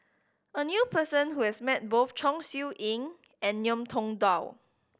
I knew a person who has met both Chong Siew Ying and Ngiam Tong Dow